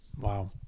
Wow